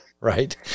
right